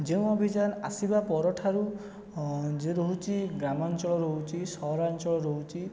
ଯେଉଁ ଅଭିଯାନ ଆସିବା ପରଠାରୁ ଯେ ରହୁଛି ଗ୍ରାମାଞ୍ଚଳ ରହୁଛି ସହରାଞ୍ଚଳ ରହୁଛି